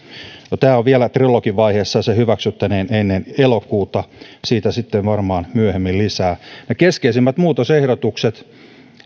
no tämä on vielä trilogivaiheessa ja se hyväksyttäneen ennen elokuuta siitä sitten varmaan myöhemmin lisää ne keskeisimmät muutosehdotukset